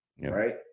Right